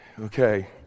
Okay